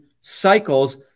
cycles